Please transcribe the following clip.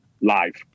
live